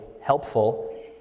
helpful